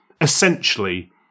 essentially